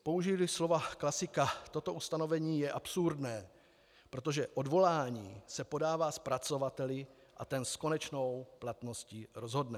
Použijili slova klasika, toto ustanovení je absurdné, protože odvolání se podává zpracovateli a ten s konečnou platností rozhodne.